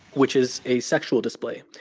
which is a sexual display.